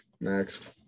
next